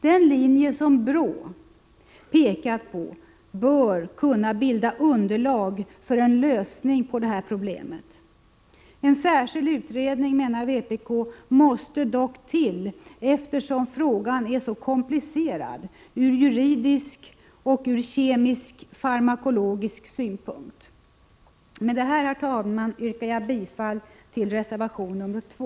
Den linje som BRÅ pekat på bör kunna bilda underlag för en lösning av detta problem. En särskild utredning, menar vpk, måste dock till eftersom frågan är så komplicerad ur juridisk och kemisk-farmakologisk synpunkt. Herr talman! Med detta yrkar jag bifall till reservation 2.